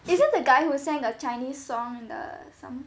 is it the guy who sang the chinese song the some~